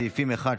סעיפים 1,